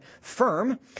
Firm